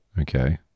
Okay